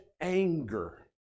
anger